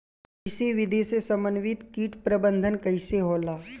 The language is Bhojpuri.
कृषि विधि से समन्वित कीट प्रबंधन कइसे होला?